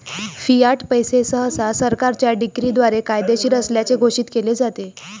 Fiat पैसे सहसा सरकारच्या डिक्रीद्वारे कायदेशीर असल्याचे घोषित केले जाते